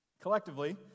Collectively